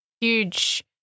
Huge